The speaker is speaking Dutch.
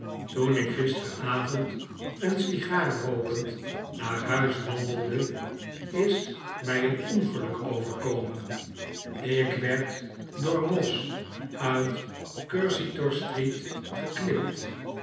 toen ik gisterenavond een sigaar rookend naar huis wandelde is mij een ongeluk overkomen ik werd door moss uit cursitor street geknipt